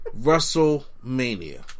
Wrestlemania